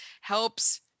helps –